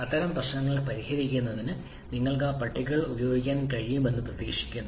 അത്തരം പ്രശ്നങ്ങൾ പരിഹരിക്കുന്നതിന് നിങ്ങൾക്ക് ആ പട്ടികകൾ ഉപയോഗിക്കാൻ കഴിയുമെന്ന് പ്രതീക്ഷിക്കുന്നു